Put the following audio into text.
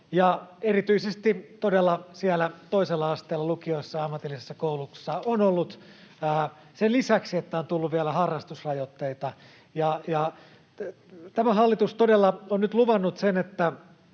siellä toisella asteella, lukioissa ja ammatillisessa koulutuksessa, niitä on ollut — sen lisäksi, että on tullut vielä harrastusrajoitteita. Tämä hallitus todella on nyt luvannut sen,